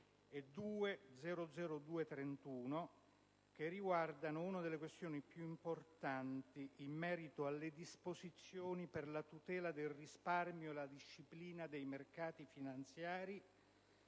che riguardano una delle questioni più importanti in merito alle disposizioni per la tutela del risparmio e la disciplina dei mercati finanziari,